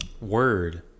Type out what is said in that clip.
Word